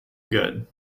good